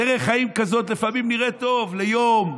דרך חיים כזאת לפעמים נראית טוב ליום,